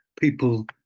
people